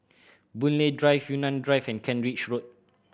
Boon Lay Drive Yunnan Drive and Kent Ridge Road